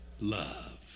love